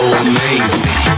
amazing